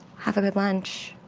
have a good lunch.